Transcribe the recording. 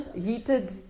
Heated